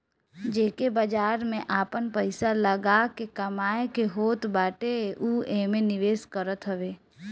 जेके बाजार में आपन पईसा लगा के कमाए के होत बाटे उ एमे निवेश करत हवे